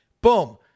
boom